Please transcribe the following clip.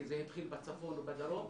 כי זה התחיל בצפון ובדרום,